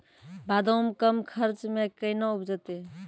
बादाम कम खर्च मे कैना उपजते?